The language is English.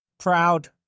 Proud